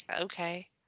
okay